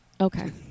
Okay